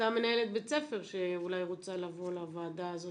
אותה מנהלת בית ספר שאולי רוצה לבוא לוועדה הזאת?